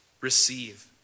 receive